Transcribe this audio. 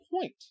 point